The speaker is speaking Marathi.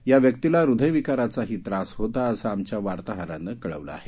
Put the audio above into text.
या व्यक्तीला हृदय विकाराचाही त्रास होता असं आमच्या वार्ताहरानं कळवलं आहे